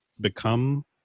become